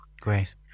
great